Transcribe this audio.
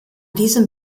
diesem